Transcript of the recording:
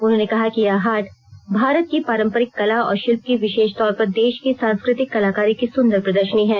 उन्होंने कहा कि यह हाट भारत की पारंपरिक कला और शिल्प की विशेष तौर पर देश की सांस्कृतिक कलाकारी की सुंदर प्रदर्शनी है